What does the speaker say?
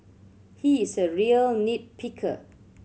he is a real nit picker